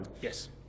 Yes